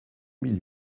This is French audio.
mille